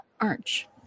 arch